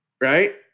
Right